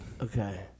okay